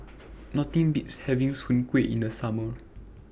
Nothing Beats having Soon Kueh in The Summer